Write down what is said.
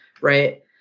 right